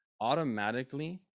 automatically